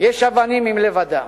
ויש אבנים עם לב אדם".